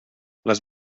les